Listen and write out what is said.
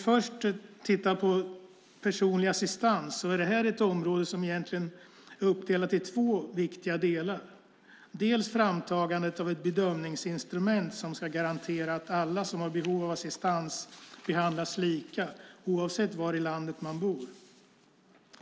Först tittar vi på personlig assistans, ett område som egentligen är uppdelat i två viktiga delar. Den ena är framtagandet av ett bedömningsinstrument som ska garantera att alla som har behov av assistans behandlas lika, oavsett var i landet de bor.